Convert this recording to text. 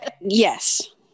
Yes